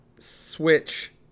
switch